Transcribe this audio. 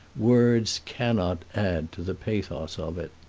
words cannot add to the pathos of it.